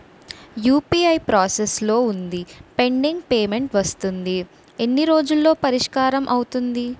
UPI process లో వుందిపెండింగ్ payment వస్తుంది ఎన్ని రోజుల్లో పరిష్కారం అవుతుంది